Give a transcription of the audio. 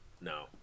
No